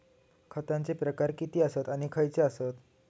खतांचे प्रकार किती आसत आणि खैचे आसत?